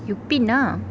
you pin ah